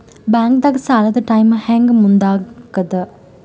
ಬ್ಯಾಂಕ್ದಾಗ ಸಾಲದ ಟೈಮ್ ಹೆಂಗ್ ಮುಂದಾಕದ್?